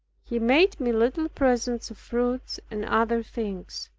he made me little presents of fruits and other things.